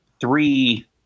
three